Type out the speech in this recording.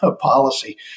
policy